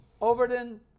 Overton